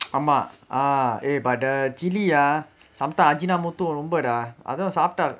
ஆமா:aamaa ah but the chili ah sometimes ajinomoto ரொம்ப:romba dah அதுவும் சாப்டா:athuvum saapdaa